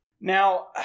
now